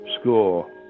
score